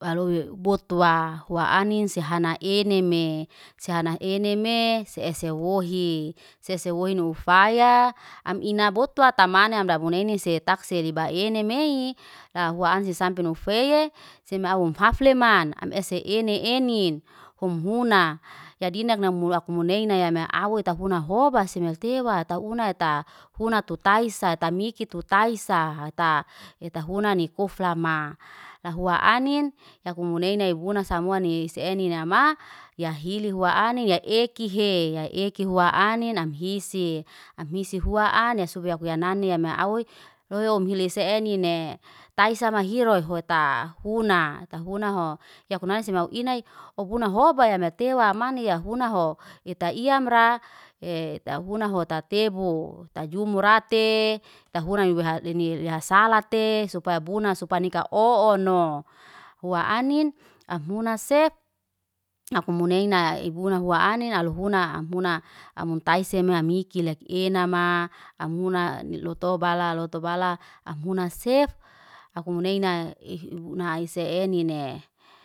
walowi botowa hua anin se hana eneme. Se hana eneme, se ese wohi. Se ese wohi nufayaa, am ina botu ata manem amdabu neine se tak seliba enemey. La hua ansis sampe nufeye, seme aum hafleman am ese ene enin hum huna. Ya dinak namul akumuneina, ya me awet tafuna hobaase metewa tauna taa funa tu taisa tamikit tu taisa hataa. Heta huna kuflamaa, rafua anin, yakumuneina ebuna samua ne ese eninama, ya hili hua ane ya ekihe. Ya eki hua anin amhisi. Amhisi fua anes subya kuya nane, ya me auwe loyo amhili se eninee. Taisa mahiro heota, funa ta funa ho, yakunaise semau inai obuna hobaa ya metewa amania ya funa ho. Ya taiyam ra ee ta funa ho ta tebu. Ta jumura te, ta funai le ni hasalate, supaya buna, supaya nika o ono. Hua anin am huna sef, akumuneina ibuna hua anin, alhuna am huna. Amun taise me amikile enama, am muna ni lotobala. Lotobala amhuna sef, afumunaina ee ese enine